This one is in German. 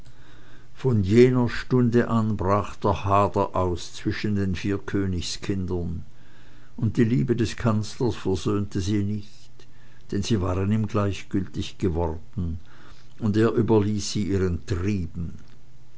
von jener stunde an brach hader aus zwischen den vier königskindern und die liebe des kanzlers versöhnte sie nicht denn sie waren ihm gleichgültig geworden und er überließ sie ihren trieben